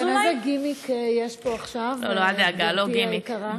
איזה גימיק יש פה עכשיו, גברתי היקרה?